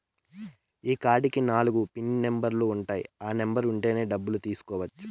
ఈ కార్డ్ కి నాలుగు పిన్ నెంబర్లు ఉంటాయి ఆ నెంబర్ ఉంటేనే డబ్బులు తీసుకోవచ్చు